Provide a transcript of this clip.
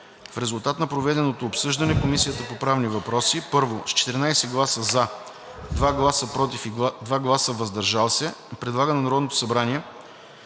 В резултат на проведеното обсъждане Комисията по правни въпроси: - с 14 гласа „за“, 2 гласа „против“ и 2 гласа „въздържал се“ предлага на Народното събрание